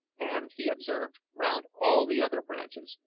and, he observed, round all the other branches,